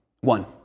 One